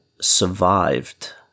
survived